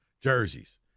jerseys